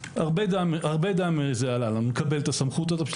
הרבה דם זה עלה לנו לקבל את הסמכות הזאת כדי